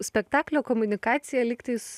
spektaklio komunikacija lygtais